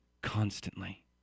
constantly